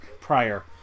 prior